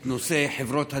את נושא חברות הנסיעות,